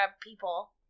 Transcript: people